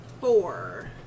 Four